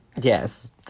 Yes